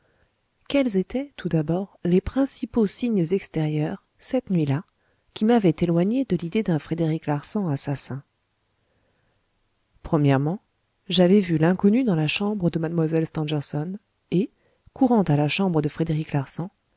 quels étaient tout d'abord les principaux signes extérieurs cette nuit-là qui m'avaient éloigné de l'idée d'un frédéric larsan assassin o avais vu l'inconnu dans la chambre de mlle stangerson et courant à la chambre de frédéric larsan